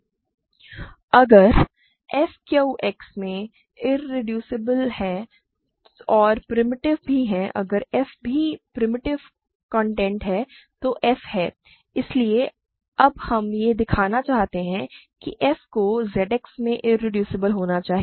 अगर f Q X में irreducible है और प्रिमिटिव भी है अगर f भी प्रिमिटिव कॉन्टेंट है तो f है इसलिए अब हम यह दिखाना चाहते हैं कि f को Z X में इरेड्यूसिबल होना चाहिए